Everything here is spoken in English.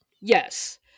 Yes